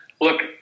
Look